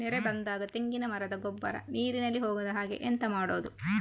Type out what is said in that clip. ನೆರೆ ಬಂದಾಗ ತೆಂಗಿನ ಮರದ ಗೊಬ್ಬರ ನೀರಿನಲ್ಲಿ ಹೋಗದ ಹಾಗೆ ಎಂತ ಮಾಡೋದು?